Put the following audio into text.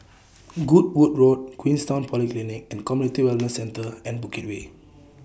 Goodwood Road Queenstown Polyclinic and Community Wellness Centre and Bukit Way